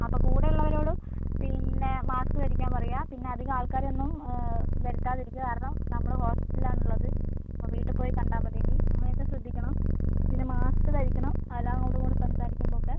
അപ്പം കൂടെ ഉള്ളവരോട് പിന്നെ മാസ്ക് ധരിക്കാൻ പറയുക പിന്നെ അധികം ആൾക്കാർ ഒന്നും വരുത്താതിരിക്കുക കാരണം നമ്മൾ ഹോസ്പിറ്റലിലാണ് ഉള്ളത് അപ്പം വീട്ടിൽ പോയി കണ്ടാൽ മതി ഇനി അമ്മയെ ഒക്കെ ശ്രദ്ധിക്കണം പിന്ന മാസ്ക് ധരിക്കണം ആ എല്ലാം അങ്ങോട്ടും ഇങ്ങോട്ടും സംസാരിക്കുമ്പം ഒക്കെ